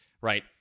right